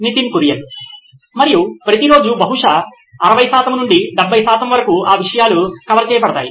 Nitin Kurian COO నోయిన్ electronics మరియు ప్రతి రోజు బహుశా 60 నుండి 70 వరకు ఆ విషయాలు కవర్ చేయబడతాయి